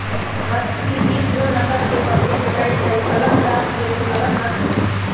भारत में बीसगो नसल के बकरी भेटइ छइ अलग प्रान्त के लेल अलग नसल होइ छइ